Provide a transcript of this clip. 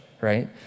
right